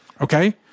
Okay